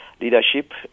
leadership